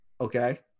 Okay